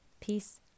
Peace